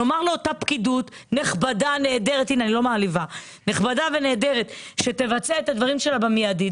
נאמר לאותה פקידות נכבדה ונהדרת שתבצע את הדברים באופן מידי,